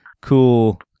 cool